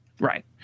Right